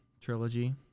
trilogy